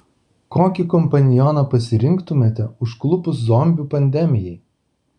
kokį kompanioną pasirinktumėte užklupus zombių pandemijai